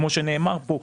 כמו שנאמר פה,